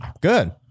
Good